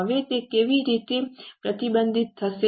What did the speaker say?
હવે તે કેવી રીતે પ્રતિબિંબિત થશે